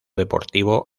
deportivo